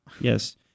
Yes